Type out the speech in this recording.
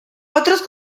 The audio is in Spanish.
otros